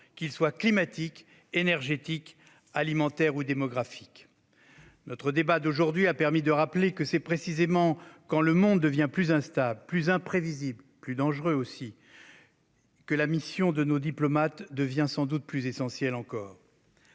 qu'ils soient climatiques, énergétiques, alimentaires ou démographiques. Ce débat a permis de rappeler que c'est précisément quand le monde devient plus instable, plus imprévisible et plus dangereux que la mission de nos diplomates se révèle plus essentielle encore.